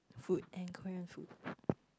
food and Korean food